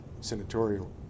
senatorial